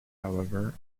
however